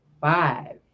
five